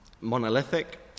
monolithic